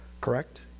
Correct